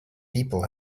people